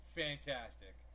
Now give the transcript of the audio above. fantastic